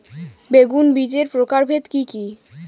বেগুন বীজের প্রকারভেদ কি কী?